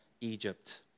Egypt